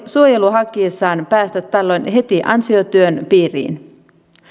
suojelua hakiessaan päästä tällöin heti ansiotyön piiriin